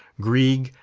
grieg,